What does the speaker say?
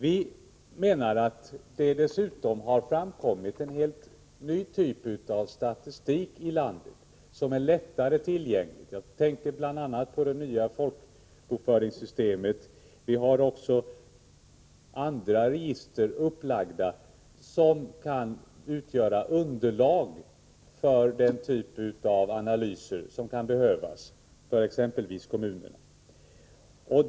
Vi menar att det dessutom i landet har framkommit en helt ny typ av statistik som är lättare tillgänglig. Jag tänker bl.a. på det nya folkbokföringssystemet. Vi har också andra register upplagda, och de kan utgöra underlag för den typ av analyser som kan behövas för exempelvis kommunerna.